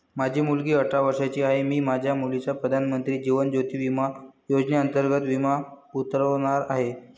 माझी मुलगी अठरा वर्षांची आहे, मी माझ्या मुलीचा प्रधानमंत्री जीवन ज्योती विमा योजनेअंतर्गत विमा उतरवणार आहे